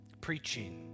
Preaching